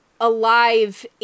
alive